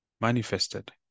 manifested